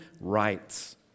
rights